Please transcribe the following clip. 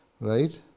right